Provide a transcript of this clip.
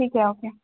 ٹھیک ہے اوکے